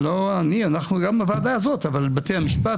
אז גם בוועדה הזאת וגם בתי המשפט